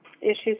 issues